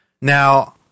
Now